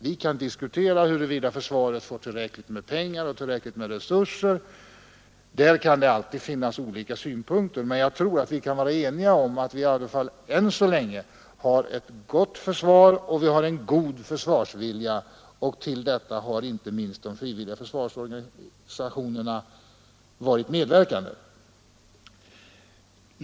Vi kan diskutera huruvida försvaret får tillräckligt med pengar och tillräckliga resurser i övrigt — därvidlag kan det alltså finnas olika synpunkter — men jag tror att vi kan vara eniga om att vi än så länge har ett gott försvar och en god försvarsvilja, och inte minst de frivilliga försvarsorganisationerna har medverkat till att åstadkomma detta.